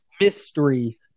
mystery